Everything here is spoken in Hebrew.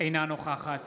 אינה נוכחת